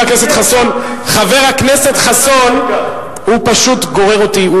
חבר הכנסת חסון גורר אותי,